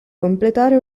completare